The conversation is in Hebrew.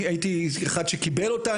אני הייתי אחד שקיבל אותה,